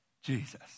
Jesus